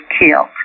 killed